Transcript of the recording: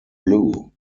blue